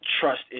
trust